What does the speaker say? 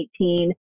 2018